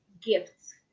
gifts